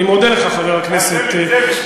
אני מודה לך, חבר הכנסת פריג',